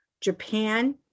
Japan